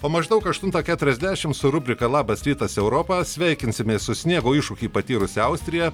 o maždaug aštuntą keturiasdešim su rubrika labas rytas europa sveikinsimės su sniego iššūkį patyrusia austrija